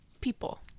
people